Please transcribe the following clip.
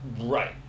Right